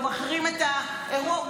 הוא מחרים את האירוע,